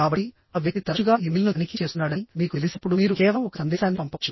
కాబట్టి ఆ వ్యక్తి తరచుగా ఇమెయిల్ను తనిఖీ చేస్తున్నాడని మీకు తెలిసినప్పుడు మీరు కేవలం ఒక సందేశాన్ని పంపవచ్చు